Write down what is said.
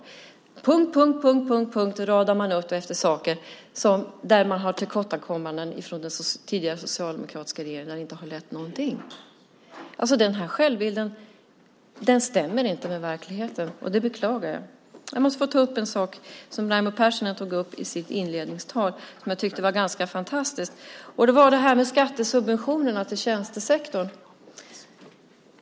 På punkt efter punkt radar man upp saker som visar på tillkortakommanden från den tidigare socialdemokratiska regeringens sida - saker som inte lett till någonting. Den självbild som ges stämmer inte med verkligheten. Det beklagar jag. Jag måste få ta upp en sak som Raimo Pärssinen tog upp i sitt inledningsanförande och som jag tycker är ganska fantastisk. Det gäller det här med skattesubventioner till tjänstesektorn.